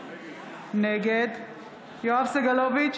נגד יואב סגלוביץ'